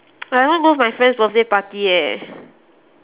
but I want go my friend's birthday party eh